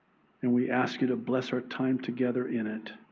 and we ask you to bless our time together in it,